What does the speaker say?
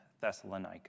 Thessalonica